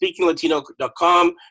speakinglatino.com